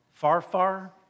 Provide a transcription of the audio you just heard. farfar